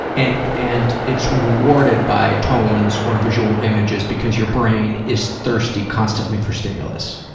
and and it's rewarded by tones or visual images because your brain is thirsty constantly for stimulus.